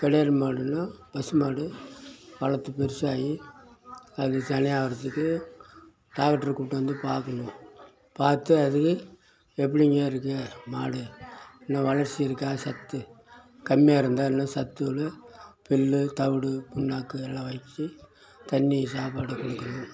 கெடேரி மாடுன்னா பசுமாடு வளர்த்து பெருசாகி அது சினை ஆகிறதுக்கு டாக்ட்ரு கூப்பிட்டு வந்து பார்க்கணும் பார்த்து அது எப்படிங்க இருக்கு மாடு இன்னும் வளர்ச்சி இருக்கா சத்து கம்மியாக இருந்தால் என்ன சத்துள்ள பில் தவிடு புண்ணாக்கு எல்லாம் வச்சு தண்ணி சாப்பாடு கொடுக்கணும்